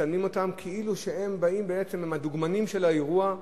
מצלמים אותם כאילו הם בעצם הדוגמנים של האירוע,